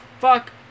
fuck